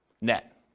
net